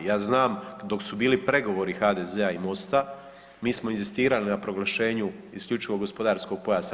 Ja znam dok su bili pregovori HDZ-a i MOST-a mi smo inzistirali na proglašenju isključivog gospodarskog pojasa.